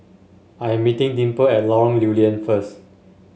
I am meeting Dimple at Lorong Lew Lian first